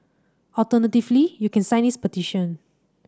alternatively you can sign this petition